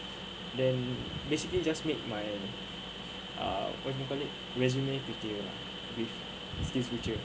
then basically just make my uh what do you called it resume prettier lah with skillsfuture